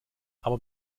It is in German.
aber